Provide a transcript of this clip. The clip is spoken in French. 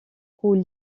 roue